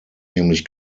nämlich